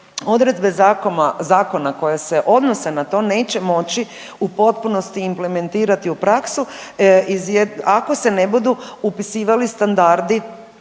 odredbe zakona koje se odnose na to neće moći u potpunosti implementirati u praksu ako se ne budu upisivali standardi